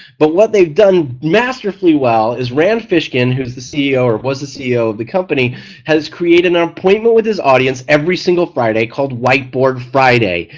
but what they have done masterfully well is rand fishkin who is the ceo or was the ceo of the company has created an appointment with his audience every single friday called whiteboard friday.